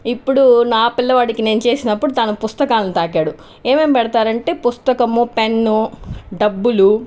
ఇప్పుడు నా పిల్లవాడికి నేను చేసిన్పపుడు తను పుస్తకాన్ని తాకాడు ఏమేమి పెడతారంటే పుస్తకము పెన్ను డబ్బులు